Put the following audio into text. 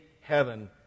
heaven